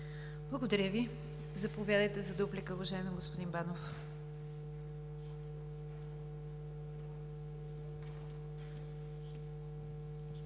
Благодаря Ви. Заповядайте за дуплика, уважаеми господин Банов.